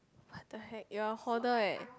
what the heck you are a hoarder eh